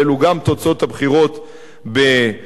ואלו גם תוצאות הבחירות במצרים.